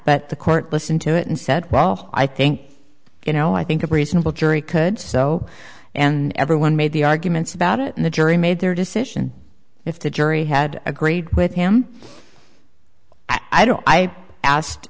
but the court listen to it and said well i think you know i think a reasonable jury could so and everyone made the arguments about it and the jury made their decision if the jury had agreed with him i